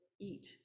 eat